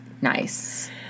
nice